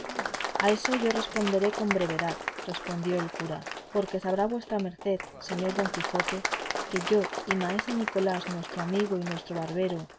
a eso yo responderé con brevedad respondió el cura porque sabrá vuestra merced señor don quijote que yo y maese nicolás nuestro amigo y nuestro barbero